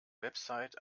website